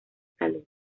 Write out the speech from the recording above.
salud